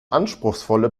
anspruchsvolle